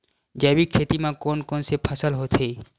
जैविक खेती म कोन कोन से फसल होथे?